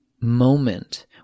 moment